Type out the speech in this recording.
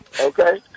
okay